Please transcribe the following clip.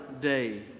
Day